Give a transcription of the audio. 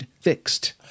fixed